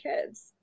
kids